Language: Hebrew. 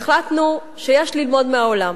והחלטנו שיש ללמוד מהעולם.